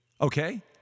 Okay